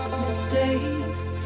mistakes